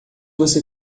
você